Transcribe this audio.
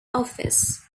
office